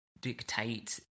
dictate